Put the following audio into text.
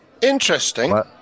Interesting